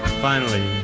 finally,